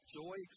joy